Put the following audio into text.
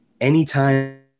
anytime